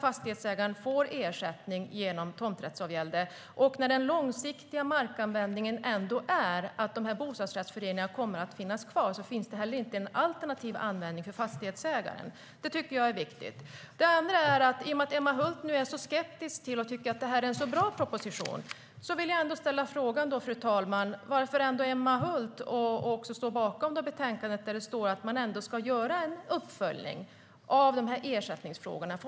Fastighetsägaren får nämligen ersättning genom tomträttsavgälder, och när den långsiktiga markanvändningen ändå är att bostadsrättsföreningarna kommer att finnas kvar finns det heller ingen alternativ användning för fastighetsägaren. Det tycker jag är viktigt. I och med att Emma Hult nu är så skeptisk och tycker att det är en så bra proposition, fru talman, vill jag ställa frågan varför Emma Hult ändå står bakom det betänkande där det står att man ska göra en uppföljning av ersättningsfrågorna.